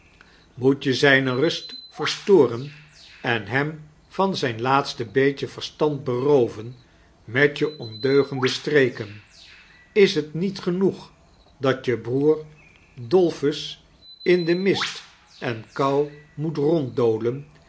moet je zijne rust verstoren en hem van zijn laatste beetje verstand berooven met je oudeugende streken ife t niet genoeg dat je broer dolphus in mist en kou moet